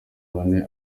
bane